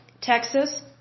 Texas